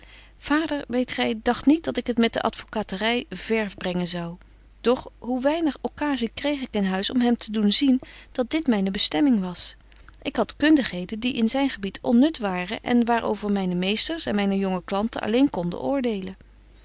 vader weet gy dagt niet dat ik het met de advocatery ver brengen zou doch hoe weinig occasie kreeg ik in huis om hem te doen zien dat dit myne bestemming was ik had kundigheden die in zyn gebied onnut waren en waar over myne meesters en myne jonge klanten alleen konden oordelen